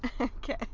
Okay